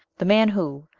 the man who,